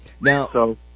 Now